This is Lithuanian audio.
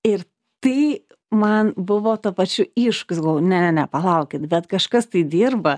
ir tai man buvo tuo pačiu iššūkis galvoju ne ne ne palaukit bet kažkas tai dirba